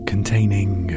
containing